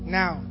now